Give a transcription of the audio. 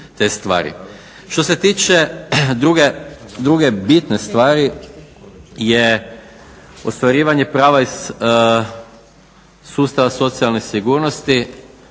Što se tiče druge bitne stvari je ostvarivanje prava iz sustava socijalne sigurnosti.